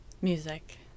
Music